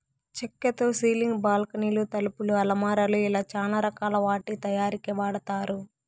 చక్కతో సీలింగ్, బాల్కానీలు, తలుపులు, అలమారాలు ఇలా చానా రకాల వాటి తయారీకి వాడతారు